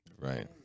Right